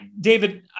David